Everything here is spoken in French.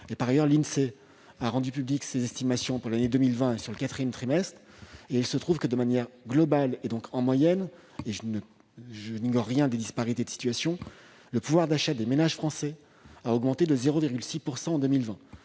part, l'Insee a rendu publiques ses estimations sur l'année 2020 et sur le quatrième trimestre de cette même année. Il se trouve que, de manière globale, c'est-à-dire en moyenne, et je n'ignore rien des disparités de situation, le pouvoir d'achat des ménages français a augmenté de 0,6 % en 2020.